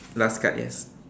last card yes